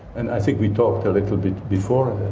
and i think we talked a little bit before,